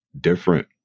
different